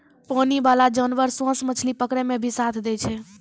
पानी बाला जानवर सोस मछली पकड़ै मे भी साथ दै छै